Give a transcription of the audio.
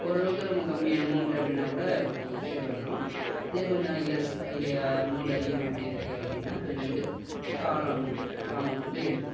ஓரளவுக்கு ரொம்ப கம்மி அமௌண்ட்டு அப்படின்னா கூட கொஞ்சம் சீக்கிரம் வந்துரும் இதே கொஞ்சம் இயர்ஸ் அமௌண்டு அதிகமாயிகிட்டே இருக்கு அப்படின்னா கொஞ்சம் வந்து காலம் தாமதம் வந்து ஏற்படும்